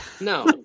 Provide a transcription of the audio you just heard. no